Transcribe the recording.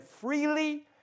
freely